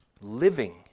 living